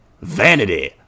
Vanity